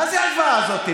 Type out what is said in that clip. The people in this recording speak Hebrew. מה זה ההשוואה הזאת?